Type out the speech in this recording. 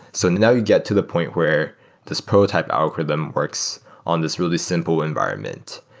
so now you get to the point where this prototype algorithms works on this really simple environment.